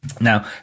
Now